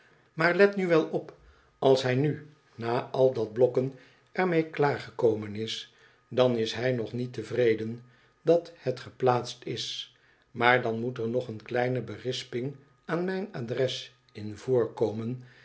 maar let nu wel op als hij nu na al dat blokken er mee klaar gekomen is dan is hij nog niet tevreden dat het geplaatst is maar dan moet er nog een kleine berisping aan mijn adres in voorkomen